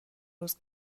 روز